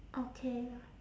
okay